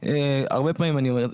הרבה פעמים אני אומר,